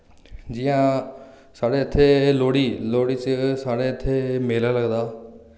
जि'यां साढ़े इत्थै लोहड़ी लोहड़ी च साढ़े इत्थै मेला लगदा